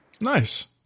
Nice